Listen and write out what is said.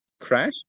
crash